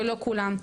ולא כולם יכולים.